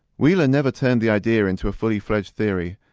wheeler never turned the idea into a fully fledged theory,